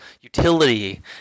utility